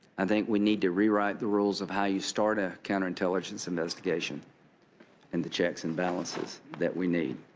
i think we need to rewrite the rules of how you start a counter intelligence investigation and the checks and balances that we need.